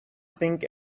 think